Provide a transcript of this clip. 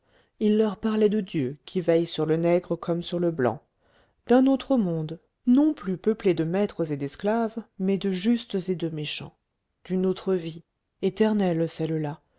il leur parlait de dieu qui veille sur le nègre comme sur le blanc d'un autre monde non plus peuplé de maîtres et d'esclaves mais de justes et de méchants d'une autre vie éternelle celle-là